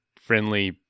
friendly